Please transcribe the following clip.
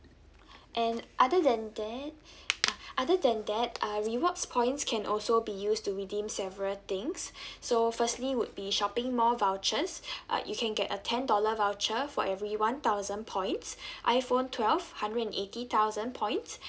and other than that other than that uh rewards points can also be used to redeem several things so firstly would be shopping mall vouchers uh you can get a ten dollar voucher for every one thousand points iphone twelve hundred and eighty thousand points